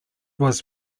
was